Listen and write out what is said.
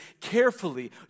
carefully